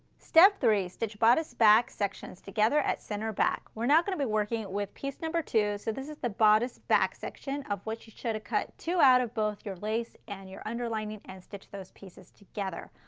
step three, stitch bodice back sections together at center back. we're not going to be working with piece number two, so this is the bodice back section of which you should have cut two out of both your lace and your underlining and stitched those pieces together.